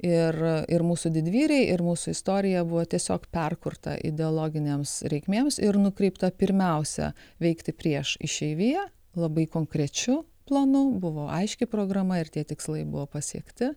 ir ir mūsų didvyriai ir mūsų istorija buvo tiesiog perkurta ideologinėms reikmėms ir nukreipta pirmiausia veikti prieš išeiviją labai konkrečiu planu buvo aiški programa ir tie tikslai buvo pasiekti